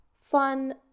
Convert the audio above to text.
fun